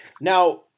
Now